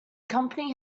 company